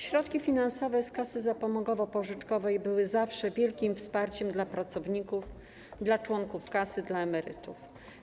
Środki finansowe z kasy zapomogowo-pożyczkowej były zawsze wielkim wsparciem dla pracowników, dla członków kasy, dla emerytów.